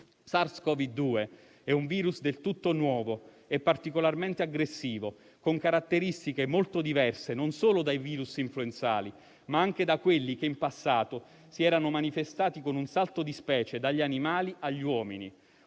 SARS-CoV-2 è un virus del tutto nuovo e particolarmente aggressivo, con caratteristiche molto diverse non solo dai virus influenzali, ma anche da quelli che in passato si erano manifestati, con un salto di specie, dagli animali agli uomini.